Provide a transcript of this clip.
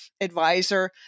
advisor